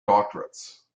doctorates